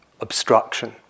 obstruction